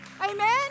Amen